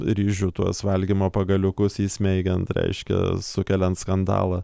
ryžių tuos valgymo pagaliukus įsmeigiant reiškia sukeliant skandalą